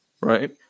Right